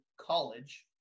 College